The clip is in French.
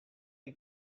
les